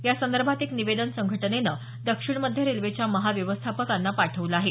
यासंदर्भात एक निवेदन संघटनेनं दक्षिण मध्य रेल्वेच्या महा व्यवस्थापकांना पाठवलं आहे